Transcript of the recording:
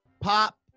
Pop